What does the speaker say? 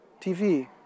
TV